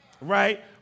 right